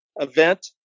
event